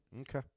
Okay